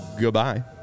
Goodbye